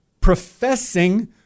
professing